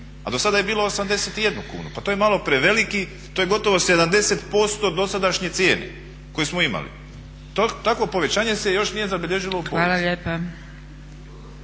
a do sada je bilo 81 kunu, pa to je malo preveliki, to je gotovo 70% dosadašnje cijene koju smo imali. Takvo povećanje se još nije zabilježilo u povijesti.